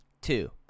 Two